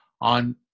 on